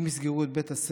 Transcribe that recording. אם יסגרו את בית הספר,